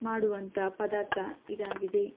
ಮಾಡುವಂಥ ಪದಾರ್ಥ ಇದಾಗಿದೆ